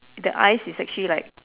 the eyes is actually like